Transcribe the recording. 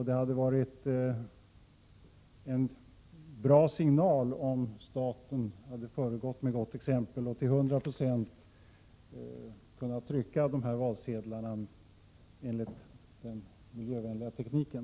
Det hade varit en bra signal, om staten hade föregått med gott exempel och till 100 96 kunnat trycka valsedlarna enligt den miljövänliga tekniken.